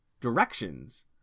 directions